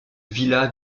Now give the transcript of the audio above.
vila